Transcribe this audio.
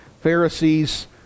Pharisees